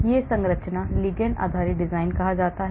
यह संरचना ligand आधारित डिजाइन कहा जाता है